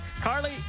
Carly